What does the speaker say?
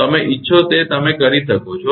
તમે ઇચ્છો તે રીતે તમે કરી શકો છો